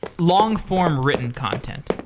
long-form written content.